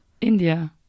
India